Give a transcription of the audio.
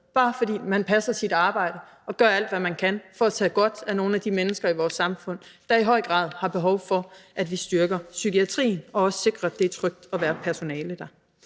bare fordi man passer sit arbejde og gør alt, hvad man kan, for at tage sig godt af nogle af de mennesker i vores samfund, der i høj grad har brug for det. Der er i høj grad behov for, at vi styrker psykiatrien og også sikrer, at det er trygt at være personale der.